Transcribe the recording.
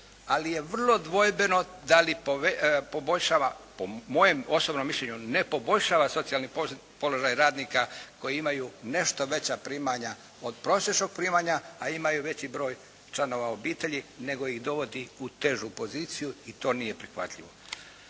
ali je vrlo dvojbeno da li poboljšava po mojem osobnom mišljenju ne poboljšava socijalni položaj radnika koji imaju nešto veća primanja od prosječnog primanja, a imaju veći broj članova obitelji nego ih dovodi u težu poziciju i to nije prihvatljivo.